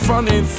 Funny